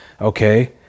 okay